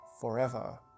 forever